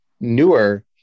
newer